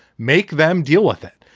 make them deal with it.